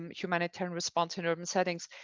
and humanitarian response in urban settings?